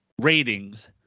ratings